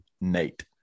Nate